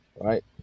right